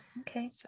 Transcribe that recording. okay